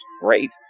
Great